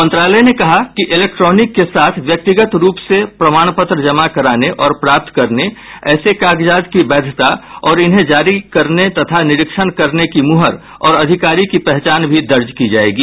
मंत्रालय ने कहा कि इलेक्ट्रानिक के साथ व्यक्तिगत रूप से प्रमाणपत्र जमा कराने और प्राप्त करने ऐसे कागजात की वैधता और इन्हें जारी करने तथा निरीक्षण करने की मुहर और अधिकारी की पहचान भी दर्ज की जाएगी